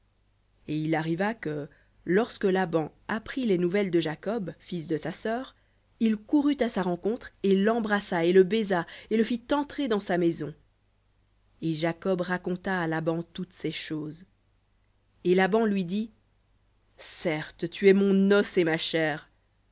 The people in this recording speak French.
et il arriva que lorsque laban apprit les nouvelles de jacob fils de sa sœur il courut à sa rencontre et l'embrassa et le baisa et le fit entrer dans sa maison et raconta à laban toutes ces choses et laban lui dit certes tu es mon os et ma chair